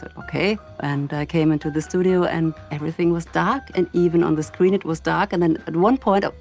okay. and i came into the studio and everything was dark, and even on the screen it was dark, and then at one point, ah